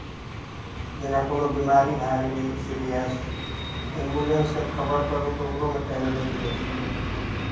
जेना कोनो बिमारी भए गेलै सीरियस एम्बुलेंसकेँ खबर करू तऽ ओकरोमे टाइम लागि जाइ छै